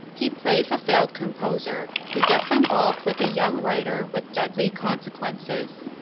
he plays a failed composer, who gets involved with a young writer with deadly consequences.